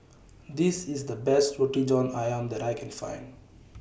This IS The Best Roti John Ayam that I Can Find